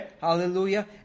Hallelujah